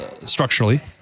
structurally